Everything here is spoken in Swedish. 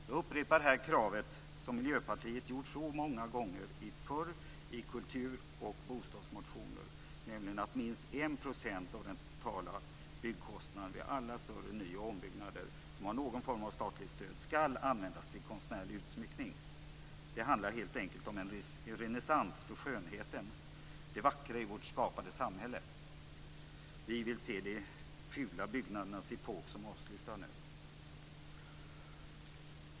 Jag upprepar här kravet som Miljöpartiet ställt så många gånger förr i kultur och bostadsmotioner, nämligen att minst en procent av den totala byggkostnaden vid alla större ny och ombyggnader, som har någon form av statligt stöd, skall användas till konstnärlig utsmyckning. Det handlar helt enkelt om en renässans för skönheten, det vackra i vårt skapade samhälle. Vi vill nu se de fula byggnadernas epok som avslutad.